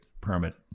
permit